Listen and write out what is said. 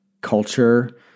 culture